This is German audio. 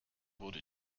wurde